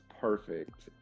perfect